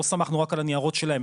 לא סמכנו רק על הניירות שלהם,